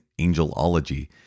angelology